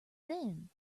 then